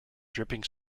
dripping